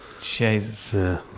Jesus